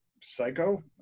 psycho